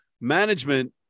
management